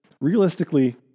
realistically